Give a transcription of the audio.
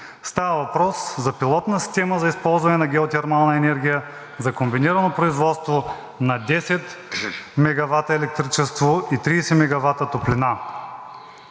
Става въпрос за пилотна система за използването на геотермална енергия за комбинирано производство на 10 мегавата електричество и 30 мегавата топлина